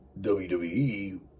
WWE